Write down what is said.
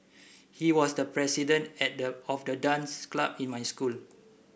he was the president at the of the dance club in my school